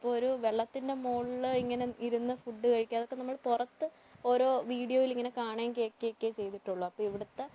അപ്പോൾ ഒരു വെള്ളത്തിൻ്റെ മുകളിൽ ഇങ്ങനെ ഇരുന്ന് ഫുഡ് കഴിക്കാം അതൊക്കെ നമ്മൾ പുറത്ത് ഓരോ വീഡിയോയിലിങ്ങനെ കാണുകയും കേൾക്കുകയുമൊക്കെ ചെയ്തിട്ടുള്ളു അപ്പം ഇവിടുത്തെ